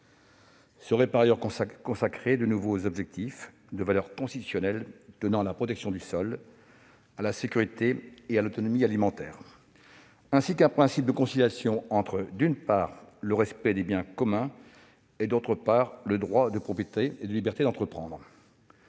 par ailleurs consacrés de nouveaux objectifs de valeur constitutionnelle tenant à la protection du sol et à la sécurité et à l'autonomie alimentaires, ainsi qu'un principe de conciliation entre, d'une part, le « respect des biens communs » et, d'autre part, le droit de propriété et la liberté d'entreprendre.